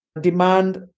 demand